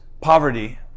poverty